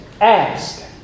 Ask